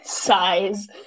size